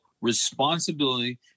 responsibility